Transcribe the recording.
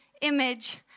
image